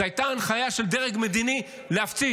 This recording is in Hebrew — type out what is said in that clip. זו הייתה הנחיה של דרג מדיני להפציץ,